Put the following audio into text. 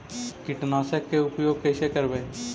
कीटनाशक के उपयोग कैसे करबइ?